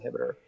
inhibitor